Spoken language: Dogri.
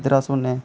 जिद्धर अस रौह्न्ने